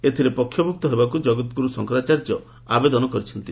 ଏଥିରେ ପକ୍ଷଭୁକ୍ତ ହେବାକୁ ଜଗଦ୍ଗୁରୁ ଶଙ୍କରାଚାର୍ଯ୍ୟ ଆବେଦନ କରିଛନ୍ତି